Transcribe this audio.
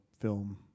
film